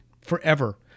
forever